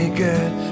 good